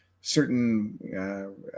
certain